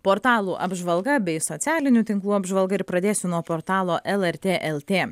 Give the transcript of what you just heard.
portalų apžvalga bei socialinių tinklų apžvalga ir pradėsiu nuo portalo lrt lt